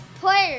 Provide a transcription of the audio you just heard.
players